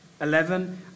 Eleven